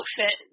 outfit